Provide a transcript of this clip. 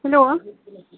hello